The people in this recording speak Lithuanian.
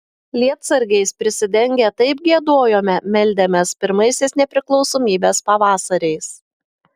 lietsargiais prisidengę taip giedojome meldėmės pirmaisiais nepriklausomybės pavasariais